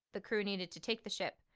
the crew needed to take the ship,